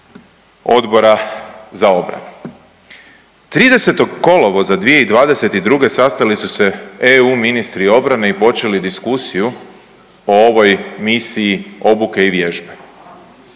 Odbora za obranu. 30. kolovoza 2022. sastali su se EU ministri obrane i počeli diskusiju o ovoj misiji obuke i vježbe.